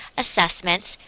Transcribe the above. assessments,